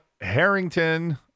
Harrington